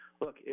Look